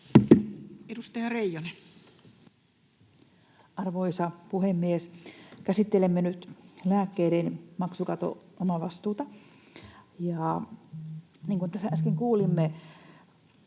17:42 Content: Arvoisa puhemies! Käsittelemme nyt lääkkeiden maksukaton omavastuuta. Ja niin kuin tässä äsken kuulimme,